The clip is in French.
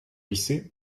lycée